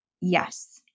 Yes